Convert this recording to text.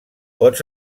pots